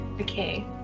Okay